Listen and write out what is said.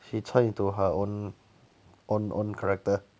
she 穿 into her own own own character